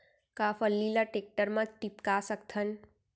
का फल्ली ल टेकटर म टिपका सकथन?